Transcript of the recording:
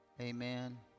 amen